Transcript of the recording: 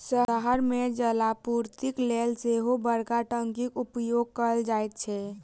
शहर मे जलापूर्तिक लेल सेहो बड़का टंकीक उपयोग कयल जाइत छै